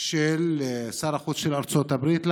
של שר החוץ של ארצות הברית,